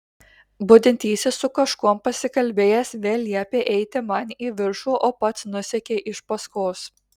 budintysis su kažkuom pasikalbėjęs vėl liepė eiti man į viršų o pats nusekė iš paskos